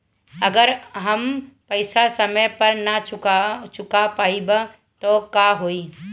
अगर हम पेईसा समय पर ना चुका पाईब त का होई?